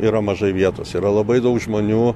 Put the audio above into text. yra mažai vietos yra labai daug žmonių